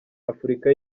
afurika